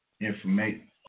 information